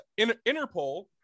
Interpol